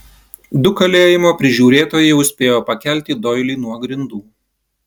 du kalėjimo prižiūrėtojai jau spėjo pakelti doilį nuo grindų